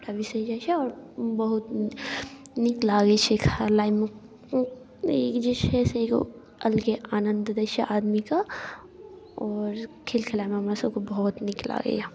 सबटा बिसरि जाइ छै आओर बहुत नीक लागै छै खलाइमे ई जे छै से एगो अलगे आनन्द दै छै आदमीके आओर खेल खेलाए मे हमरासबके बहुत नीक लगैया लागैया